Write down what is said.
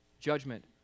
judgment